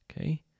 Okay